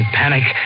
panic